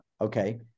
Okay